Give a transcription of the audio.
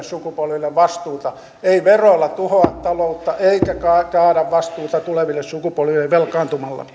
sukupolville vastuuta ei veroilla tuhoa taloutta eikä kaada kaada vastuuta tuleville sukupolville velkaantumalla